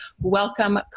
welcome